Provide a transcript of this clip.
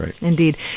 indeed